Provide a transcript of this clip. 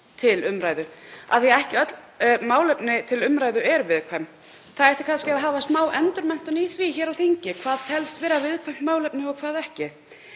til umræðu, af því að ekki eru öll málefni sem eru til umræðu viðkvæm. Það ætti kannski að hafa smáendurmenntun í því hér á þingi hvað telst vera viðkvæmt málefni og hvað ekki.